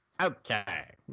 Okay